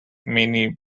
many